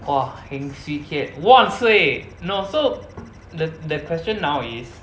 !wah! heng swee keat 万岁 no so the the question now is